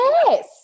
Yes